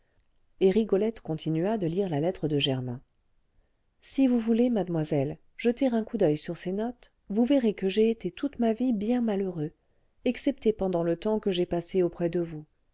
et rigolette continua de lire la lettre de germain si vous voulez mademoiselle jeter un coup d'oeil sur ces notes vous verrez que j'ai été toute ma vie bien malheureux excepté pendant le temps que j'ai passé auprès de vous